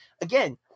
again